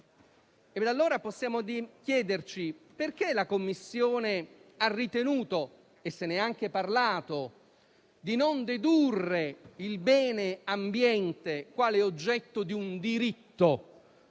Allora possiamo chiederci perché la Commissione ha ritenuto - se ne è anche parlato - di non dedurre il bene ambiente quale oggetto di un diritto.